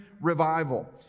revival